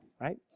right